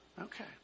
Okay